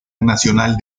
nacional